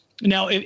Now